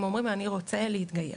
הם אומרים אני רוצה להתגייר.